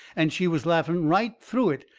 and she was laughing right through it,